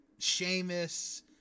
Seamus